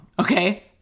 okay